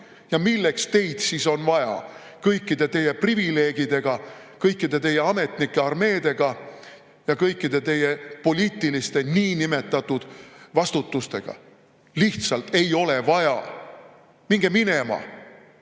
Milleks teid siis vaja on, kõikide teie privileegidega, kogu teie ametnike armeedega ja teie poliitilise niinimetatud vastutusega? Lihtsalt ei ole vaja. Minge minema!